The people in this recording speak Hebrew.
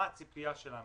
מה הציפייה שלנו?